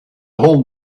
hold